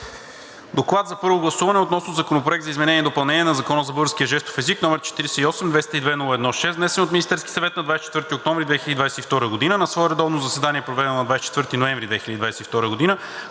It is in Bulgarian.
„ДОКЛАД за първо гласуване относно Законопроект за изменение и допълнение на Закона за българския жестов език, № 48-202-01-6, внесен от Министерския съвет на 24 октомври 2022 г. На свое редовно заседание, проведено на 24 ноември 2022 г.,